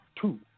two